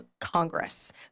Congress